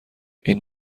این